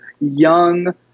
young